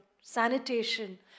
sanitation